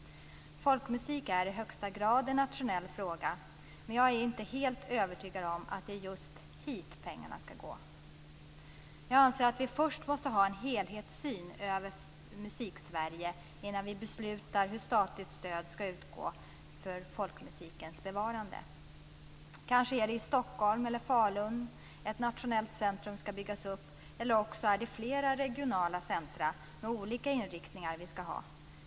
Folkmusiken är i högsta grad en nationell fråga. Men jag är inte helt övertygad om att det just är dit pengarna skall gå. Jag anser att vi först måste ha en helhetssyn över Musiksverige innan vi beslutar hur stort statligt stöd skall utgå för folkmusikens bevarande. Kanske är det i Stockholm eller i Falun ett nationellt centrum skall byggas upp, eller också är det flera regionala centrum med olika inriktningar vi skall ha.